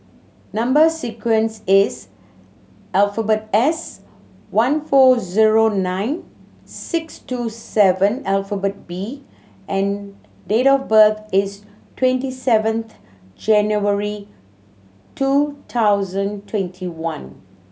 number sequence is alphabet S one four zero nine six two seven alphabet B and date of birth is twenty seventh January two thousand twenty one